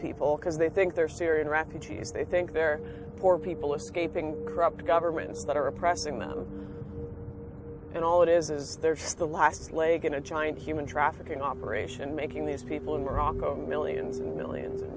people because they think they're syrian refugees they think they're poor people escaping corrupt governments that are oppressing them and all it is is there's the last leg in a giant human trafficking operation making these people in morocco millions and millions and